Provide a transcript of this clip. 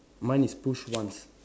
mine is push once